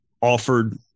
offered